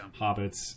hobbits